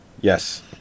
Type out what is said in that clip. Yes